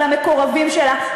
ולמקורבים שלה,